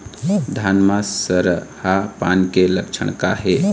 धान म सरहा पान के लक्षण का हे?